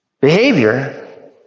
behavior